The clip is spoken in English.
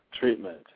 treatment